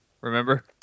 Remember